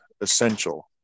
essential